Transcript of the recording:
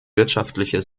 wirtschaftliche